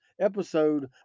episode